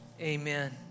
amen